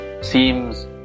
seems